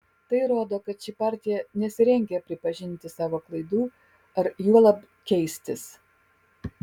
tai rodo kad ši partija nesirengia pripažinti savo klaidų ar juolab keistis